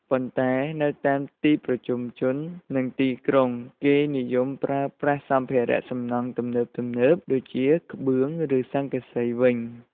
ប៉ុន្តែនៅតាមទីប្រជុំជន និងទីក្រុង គេនិយមប្រើប្រាស់សម្ភារៈសំណង់ទំនើបៗដូចជា ក្បឿង ឬស័ង្កសីវិញ។